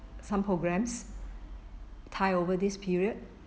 some programmes tie over this period